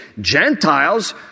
Gentiles